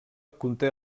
conté